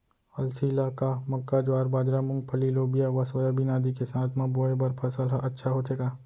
अलसी ल का मक्का, ज्वार, बाजरा, मूंगफली, लोबिया व सोयाबीन आदि के साथ म बोये बर सफल ह अच्छा होथे का?